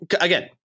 again